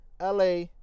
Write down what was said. LA